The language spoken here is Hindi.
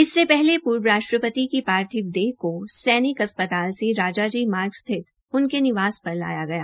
इससे पहले पूर्व राष्ट्रपति का पार्थिव देह को सैनिक अस्पताल से राजा जी मार्ग स्थित उनके निवास पर लाया गाया